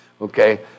Okay